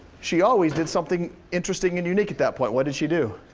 she always did something interesting and unique at that point. what did she do?